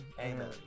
Amen